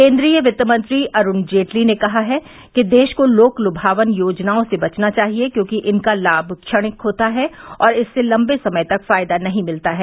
केन्द्रीय वित्तमंत्री अरुण जेटली ने कहा है कि देश को लोक लुभावन योजनाओं से बचना चाहिए क्योंकि इनका लाभ क्षणिक होता है और इससे लंबे समय तक फायदा नहीं मिलता है